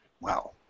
Wow